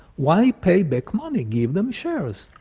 why pay back money? give them shares.